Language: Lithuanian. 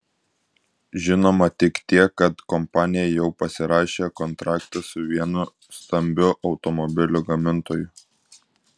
žinoma tik tiek kad kompanija jau pasirašė kontraktą su vienu stambiu automobilių gamintoju